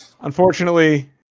unfortunately